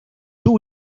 tuvo